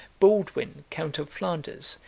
baldwin, count of flanders,